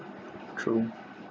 true